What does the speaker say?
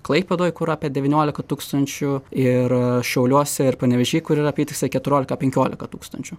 klaipėdoj kur apie devyniolika tūkstančių ir šiauliuose ir panevėžy kur yra apytiksliai keturiolika penkiolika tūkstančių